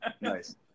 Nice